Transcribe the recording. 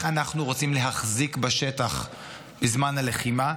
אנחנו רוצים להחזיק בשטח בזמן הלחימה,